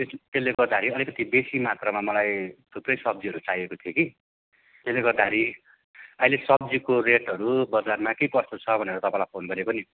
त्यसले गर्दाखेरि अलिकति बेसी मात्रमा मलाई थुप्रै सब्जीहरू चाहिएको थियो कि त्यसले गर्दाखेरि अहिले सब्जीको रेटहरू बजारमा के कस्तो छ भनेर तपाईँलाई फोन गरेको नि